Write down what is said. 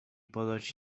ponoć